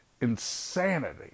insanity